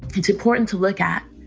it's important to look at